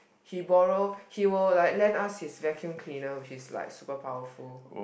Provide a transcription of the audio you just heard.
he borrow he will like lend us his vacuum cleaner which is like super powerful